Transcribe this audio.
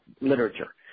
literature